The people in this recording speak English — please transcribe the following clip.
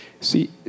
See